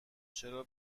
چرا